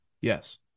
Yes